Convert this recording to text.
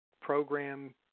Program